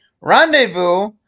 rendezvous